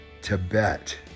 Tibet